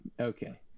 Okay